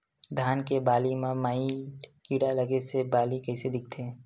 धान के बालि म माईट कीड़ा लगे से बालि कइसे दिखथे?